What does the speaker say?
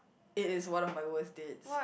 it is one of my worst dates